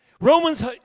Romans